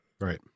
Right